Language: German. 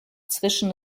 zwischen